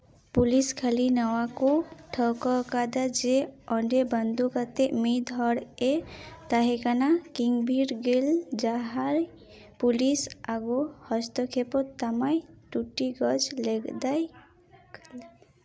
police ᱠᱷᱟᱹᱞᱤ ᱱᱟᱣᱟ ᱠᱚ ᱴᱷᱟᱹᱣᱠᱟᱹ ᱠᱟᱫᱟ ᱡᱮ ᱚᱸᱰᱮ ᱵᱚᱱᱫᱷᱩᱠ ᱟᱛᱮ ᱢᱤᱫ ᱦᱚᱲ ᱮ ᱛᱟᱦᱮᱸ ᱠᱟᱱᱟ ᱠᱤᱝ ᱵᱷᱤᱲ ᱜᱮᱞ ᱡᱟᱦᱟᱸᱭ ᱯᱩᱞᱤᱥ ᱟᱹᱜᱩ ᱦᱚᱥᱛᱚ ᱠᱷᱮᱯᱚᱛ ᱛᱟᱢᱟᱭ ᱴᱩᱴᱤ ᱜᱚᱡ ᱞᱮᱫᱟᱭ